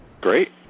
Great